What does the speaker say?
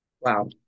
wow